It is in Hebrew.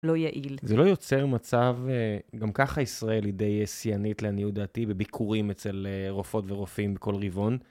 לא יעיל. זה לא יוצר מצב, גם ככה ישראל היא די שיאנית לעניות דעתי, בביקורים אצל רופאות ורופאים בכל ריבעון.